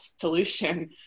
solution